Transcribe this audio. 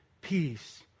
peace